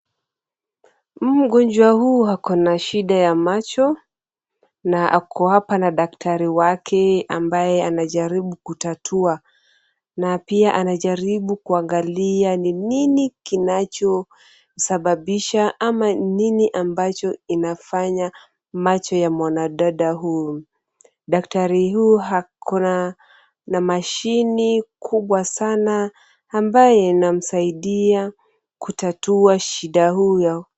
Mgonjwa huu akona shida ya macho na ako hapa na daktari wake ambaye anajaribu kutatua na pia anajaribu kuangalia ni nini kinacho sababisha ama ni nini ambacho inafanya macho ya mwanadada huyu. Daktari huyu akona mashini kubwa sana ambayo inamsaidia kutatua shida huyo.